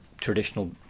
traditional